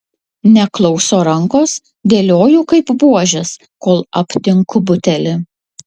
neklauso rankos dėlioju kaip buožes kol aptinku butelį